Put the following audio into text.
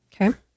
Okay